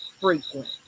frequent